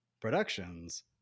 productions